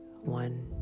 One